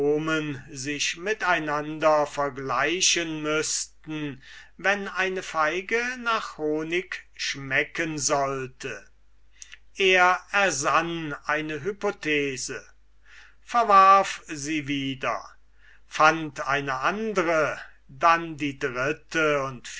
sich mit einander vergleichen müßten wenn eine feige nach honig schmecken sollte er ersann eine hypothese verwarf sie wieder fand eine andre dann die dritte und